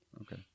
Okay